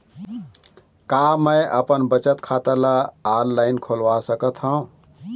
का मैं अपन बचत खाता ला ऑनलाइन खोलवा सकत ह?